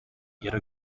ihrer